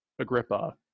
Agrippa